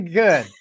good